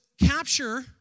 capture